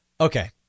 Okay